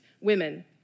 women